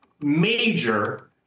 major